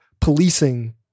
policing